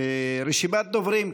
רשימת דוברים,